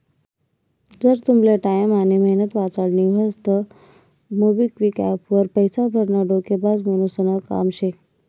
जर तुमले टाईम आनी मेहनत वाचाडानी व्हयी तं मोबिक्विक एप्प वर पैसा भरनं डोकेबाज मानुसनं काम शे